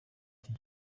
ati